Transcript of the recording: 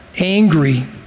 angry